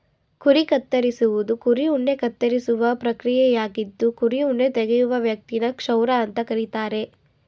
ಕುರಿ ಕತ್ತರಿಸುವುದು ಕುರಿ ಉಣ್ಣೆ ಕತ್ತರಿಸುವ ಪ್ರಕ್ರಿಯೆಯಾಗಿದ್ದು ಕುರಿ ಉಣ್ಣೆ ತೆಗೆಯುವ ವ್ಯಕ್ತಿನ ಕ್ಷೌರ ಅಂತ ಕರೀತಾರೆ